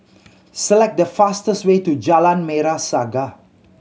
select the fastest way to Jalan Merah Saga